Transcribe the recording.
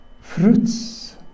fruits